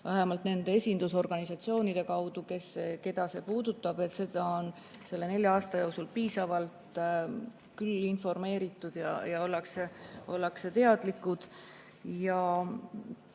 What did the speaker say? vähemalt nende esindusorganisatsioonide kaudu, keda see puudutab, on selle nelja aasta jooksul piisavalt informeeritud ja ollakse teadlikud. Ja